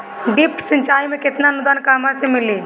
Drip सिंचाई मे केतना अनुदान कहवा से मिली?